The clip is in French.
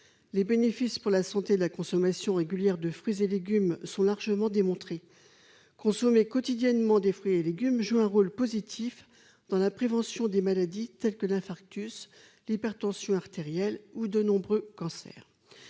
les bénéfices pour la santé, de la consommation régulière de fruits et légumes sont largement démontré consommer quotidiennement des fruits et légumes, joue un rôle positif dans la prévention des maladies telles que l'infarctus l'hypertension artérielle ou de nombreux cancers